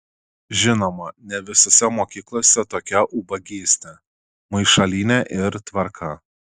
žinoma ne visose mokyklose tokia ubagystė maišalynė ir tvarka